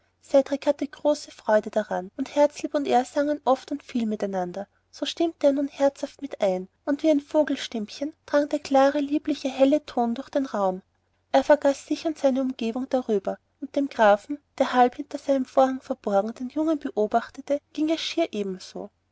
cedrik hatte große freude daran und herzlieb und er sangen oft und viel miteinander so stimmte er nun herzhaft mit ein und wie ein vogelstimmchen drang der klare liebliche helle ton durch den raum er vergaß sich und seine umgebung darüber und dem grafen der halb hinter seinem vorhang verborgen den jungen beobachtete ging es schier ebenso